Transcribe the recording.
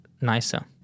nicer